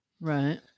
right